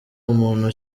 muntu